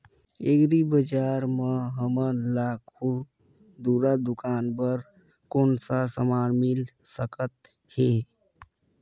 Agri बजार म हमन ला खुरदुरा दुकान बर कौन का समान मिल सकत हे?